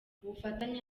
ubufatanye